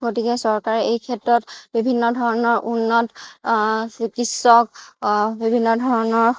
গতিকে চৰকাৰে এইক্ষেত্ৰত বিভিন্ন ধৰণৰ উন্নত চিকিৎসক বিভিন্ন ধৰণৰ